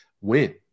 win